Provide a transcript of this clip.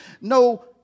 no